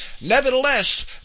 nevertheless